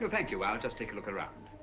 thank you, i'll just take a look around.